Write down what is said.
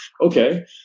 Okay